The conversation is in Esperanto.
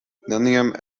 neniam